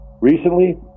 Recently